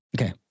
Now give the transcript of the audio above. Okay